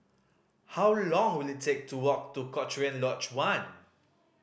how long will it take to walk to Cochrane Lodge One